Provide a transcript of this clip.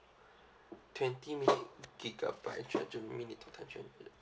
twenty minute gigabyte three hundred minute talk time three hundred